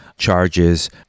Charges